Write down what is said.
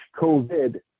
COVID